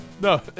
No